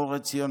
אור עציון.